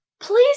please